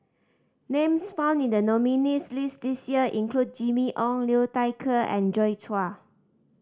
names found in the nominees' list this year include Jimmy Ong Liu Thai Ker and Joi Chua